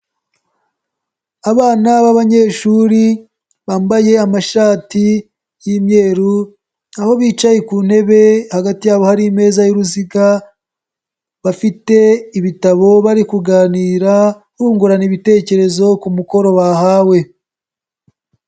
Abana b'abanyeshuri bambaye amashati y'imyeru aho bicaye ku ntebe hagati yabo hari ameza y'uruziga, bafite ibitabo bari kuganira bungurana ibitekerezo ku mukoro bahawe.